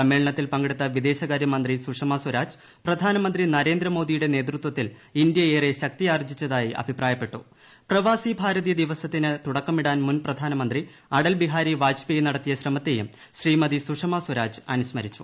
സമ്മേളനത്തിൽ പങ്കെടുത്ത വിദേൾകാര്യമന്ത്രി സുഷമ സ്വരാജ് പ്രധാനമന്ത്രി നരേന്ദ്രമോദിയുടെ നേതൃത്വത്തിൽ ഇന്തൃ ഏറെ ശക്തിയാർജ്ജിച്ചതായി ദിവസത്തിന് തുടക്കമിട്ട്ൻ ് മുൻ പ്രധാനമന്ത്രി അടൽ ബിഹാരി വാജ്പേയി നടത്തിയ ശ്രമത്തെയും ശ്രീമതി സുഷമ സ്വരാജ് അനുസ്മരിച്ചു